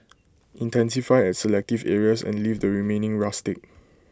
intensify at selective areas and leave the remaining rustic